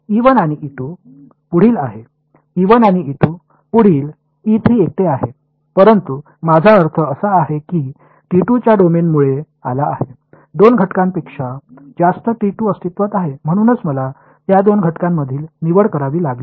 आणि पुढील आहे आणि पुढील एकटे आहे परंतु माझा अर्थ असा आहे की च्या डोमेनमुळे आला आहे 2 घटकांपेक्षा जास्त अस्तित्त्वात आहेत म्हणूनच मला त्या दोन घटकांमधील निवड करावी लागली